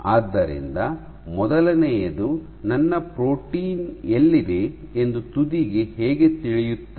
ಆದ್ದರಿಂದ ಮೊದಲನೆಯದು ನನ್ನ ಪ್ರೋಟೀನ್ ಎಲ್ಲಿದೆ ಎಂದು ತುದಿಗೆ ಹೇಗೆ ತಿಳಿಯುತ್ತದೆ